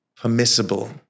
permissible